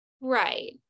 right